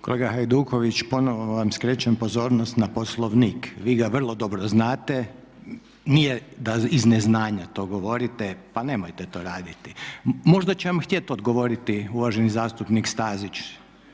Kolega Hajduković, ponovno vam skrećem pozornost na Poslovnik, vi ga vrlo dobro znate, nije da iz neznanja to govorite pa nemojte to raditi. Možda će vam htjet odgovoriti uvaženi zastupnik Stazić,